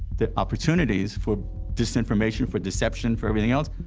the opportunities for disinformation, for deception, for everything else,